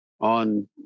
on